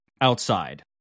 outside